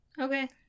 Okay